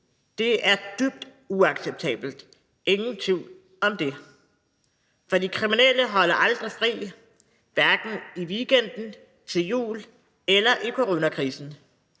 Det er dybt uacceptabelt, ingen tvivl om det. For de kriminelle holder aldrig fri, hverken i weekenden, til jul eller i coronakrisen.